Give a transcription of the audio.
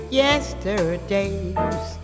yesterdays